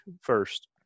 first